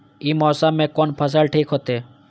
ई मौसम में कोन फसल ठीक होते?